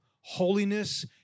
holiness